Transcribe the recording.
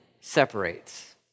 separates